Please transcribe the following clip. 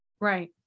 Right